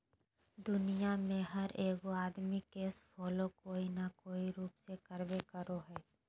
दुनिया में हर एगो आदमी कैश फ्लो कोय न कोय रूप में करबे करो हइ